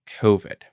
COVID